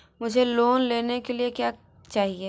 मुझे लोन लेने के लिए क्या चाहिए?